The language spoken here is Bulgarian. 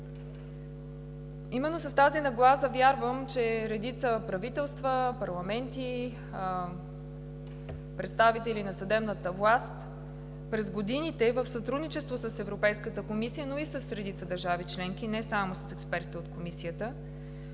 именно с тази нагласа редица правителства, парламенти, представители на съдебната власт в сътрудничество с Европейската комисия, но и с редица държави членки, не само с експерти от Комисията,